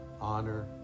honor